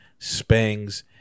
Spangs